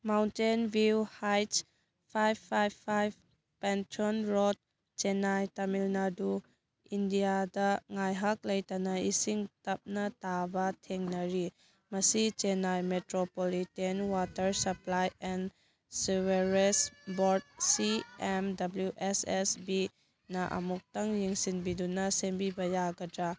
mountain view heights five five five Pantheon road Chennai Tamil Nadu ꯏꯟꯗꯤꯌꯥꯗ ꯉꯥꯏꯍꯥꯛ ꯂꯩꯇꯅ ꯏꯁꯤꯡ ꯇꯞꯅ ꯇꯥꯕ ꯊꯦꯡꯅꯔꯤ ꯃꯁꯤ Chennai metropolitan water supply and sewerage board C M W S S ꯕꯤꯅ ꯑꯃꯨꯛꯇꯪ ꯌꯦꯡꯁꯤꯟꯕꯤꯗꯨꯅ ꯁꯦꯝꯕꯤꯕ ꯌꯥꯒꯗ꯭ꯔ